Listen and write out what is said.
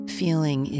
feeling